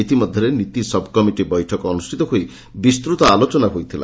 ଇତିମଧ୍ଧରେ ନୀତି ସବ୍କମିଟି ବୈଠକ ଅନୁଷ୍ଷିତ ହୋଇ ବିସ୍ତୂତ ଆଲୋଚନା ହୋଇଥିଲା